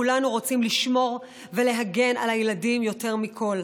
כולנו רוצים לשמור ולהגן על הילדים יותר מכול.